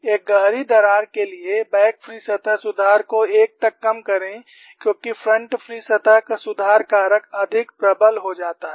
एक गहरी दरार के लिए बैक फ्री सतह सुधार को 1 तक कम करें क्योंकि फ्रंट फ्री सतह का सुधार कारक अधिक प्रबल हो जाता है